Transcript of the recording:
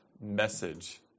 message